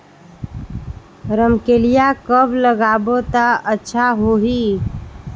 रमकेलिया कब लगाबो ता अच्छा होही?